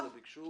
18,000 ביקשו.